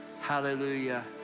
Hallelujah